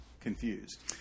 confused